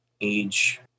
age